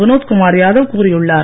வினோத்குமார் யாதவ் கூறியுள்ளார்